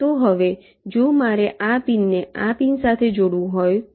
તો હવે જો મારે આ પિનને આ પિન સાથે જોડવું હોય તો